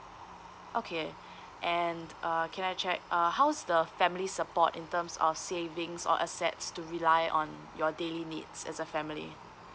okay and uh can I check uh how's the family support in terms of savings or assets to rely on your daily needs as a family